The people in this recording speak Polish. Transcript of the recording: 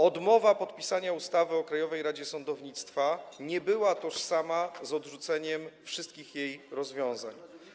Odmowa podpisania ustawy o Krajowej Radzie Sądownictwa nie była tożsama z odrzuceniem wszystkich jej rozwiązań.